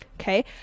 okay